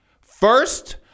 First